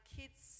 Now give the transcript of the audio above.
kids